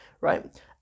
Right